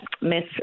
Miss